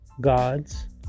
...Gods